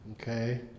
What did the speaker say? Okay